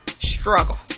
struggle